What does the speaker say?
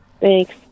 Thanks